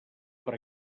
per